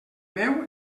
meu